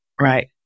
Right